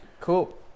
Cool